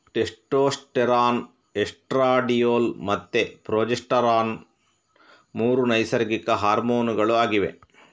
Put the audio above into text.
testosterone, estradiol ಮತ್ತೆ progesterone ಮೂರು ನೈಸರ್ಗಿಕ ಹಾರ್ಮೋನುಗಳು ಆಗಿವೆ